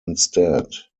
instead